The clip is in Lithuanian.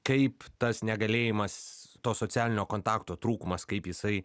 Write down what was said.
kaip tas negalėjimas to socialinio kontakto trūkumas kaip jisai